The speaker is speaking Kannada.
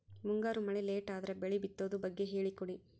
ಮುಂಗಾರು ಮಳೆ ಲೇಟ್ ಅದರ ಬೆಳೆ ಬಿತದು ಬಗ್ಗೆ ಹೇಳಿ ಕೊಡಿ?